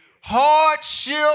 Hardship